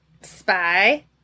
spy